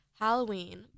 Halloween